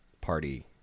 party